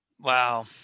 Wow